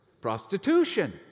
prostitution